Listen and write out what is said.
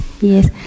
Yes